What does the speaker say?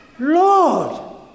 Lord